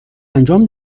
انجام